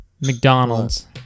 McDonald's